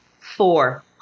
four